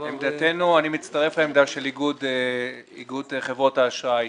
אני מצטרף לעמדה של איגוד חברות האשראי,